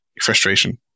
frustration